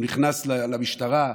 הוא נכנס למשטרה,